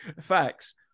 Facts